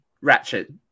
Ratchet